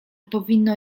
powinno